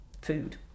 food